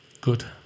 good